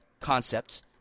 concepts